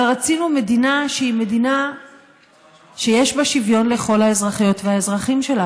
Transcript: אבל רצינו מדינה שיש בה שוויון לכל האזרחיות והאזרחים שלה,